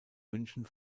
münchen